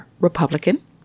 Republican